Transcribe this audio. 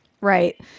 Right